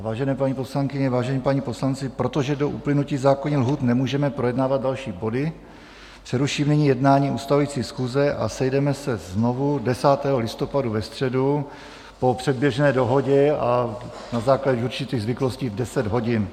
Vážené paní poslankyně, vážení páni poslanci, protože do uplynutí zákonných lhůt nemůžeme projednávat další body, přeruším nyní jednání ustavující schůze a sejdeme se znovu 10. listopadu, ve středu, po předběžné dohodě a na základě určitých zvyklostí v 10 hodin.